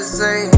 say